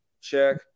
check